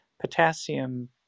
potassium